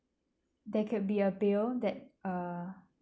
there could be a bail that uh